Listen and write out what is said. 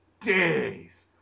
days